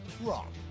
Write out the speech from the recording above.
Wrong